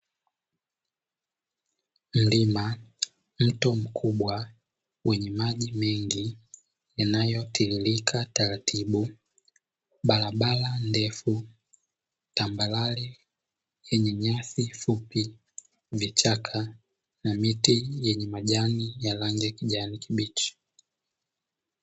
Mlima, mto mkubwa wenye maji mengi yanayotiririka taratibu, barabara ndefu tambarare yenye nyasi fupi, vichaka na miti yenye majani ya rangi ya kijani kibichi.